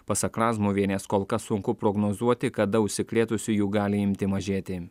pasak razmuvienės kol kas sunku prognozuoti kada užsikrėtusiųjų gali imti mažėti